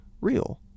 real